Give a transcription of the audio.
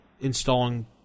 installing